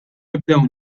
nibdew